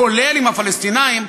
כולל עם הפלסטינים,